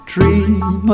Dream